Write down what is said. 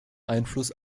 einfluss